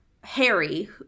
Harry